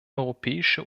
europäische